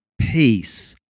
peace